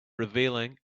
revealing